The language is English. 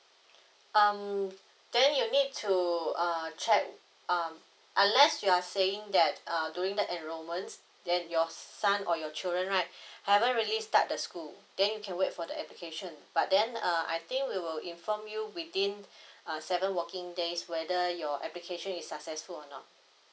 um then you need to do uh check um unless you are saying that err during that enrollment then your son or your children right haven't really start the school then you can wait for the application but then uh I think we will inform you within uh seven working days whether your application is successful or not